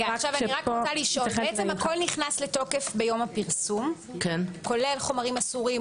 בעצם הכול נכנס לתוקף ביום הפרסום כולל חומרים אסורים,